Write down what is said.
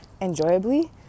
enjoyably